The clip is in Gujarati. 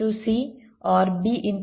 C OR B